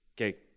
Okay